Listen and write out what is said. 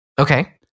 Okay